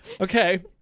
Okay